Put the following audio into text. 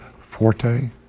Forte